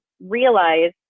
realize